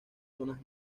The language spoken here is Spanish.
zonas